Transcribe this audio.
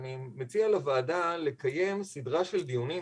אני מציע לוועדה לקיים סדרה של דיונים,